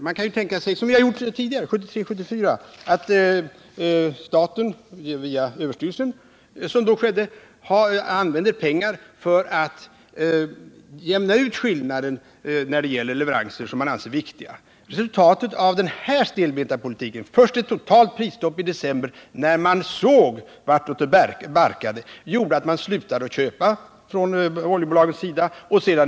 Man kan tänka sig att staten, som den gjorde 1973-1974, via överstyrelsen för ekonomiskt försvar använder medel för att jämna ut skillnader när det gäller leveranser som man anser viktiga. Det har förts en stelbent politik, med först ett totalt prisstopp i december när man såg vartåt det barkade, vilket gjorde att oljebolagen slutade att köpa.